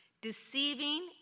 deceiving